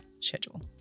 schedule